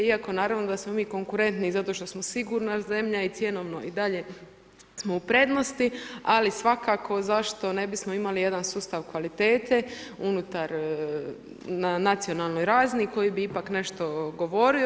Iako naravno, da smo mi konkurentni, zato što smo sigurna zemlja i cjenovno i dalje smo u prednosti, ali svakako zašto ne bismo imali jedan sustav kvalitete unutar nacionalnoj razini, koji bi ipak nešto govorio.